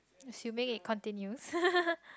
assuming it continues